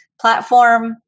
platform